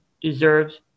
deserves